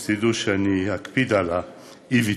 אז תדעו שאני אקפיד על אי-ויתור.